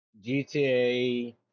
GTA